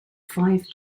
five